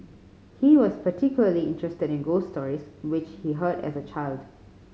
he was particularly interested in ghost stories which he heard as a child